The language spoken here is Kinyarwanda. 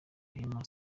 rehema